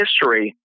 history